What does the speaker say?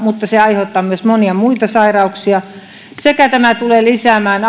mutta se aiheuttaa myös monia muita sairauksia samoin tämä tulee lisäämään